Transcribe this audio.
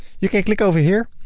you can click over here,